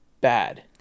bad